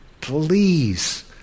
please